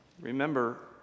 remember